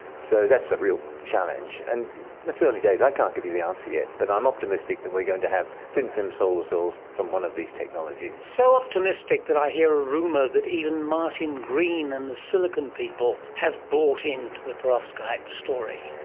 so that's a real challenge. and it's early days. i can't give you the answer yet, but i'm optimistic that we are going to have thin-film solar cells from one of these technologies. so optimistic that i hear a rumour that even martin green and the silicon people have bought in to the perovskite story.